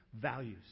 values